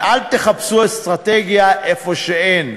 אז אל תחפשו אסטרטגיה איפה שאין.